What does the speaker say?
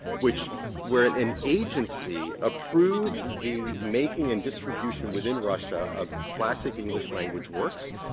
which where an an agency approved the making and distribution within russia of classic english language works.